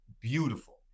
beautiful